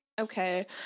Okay